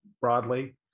broadly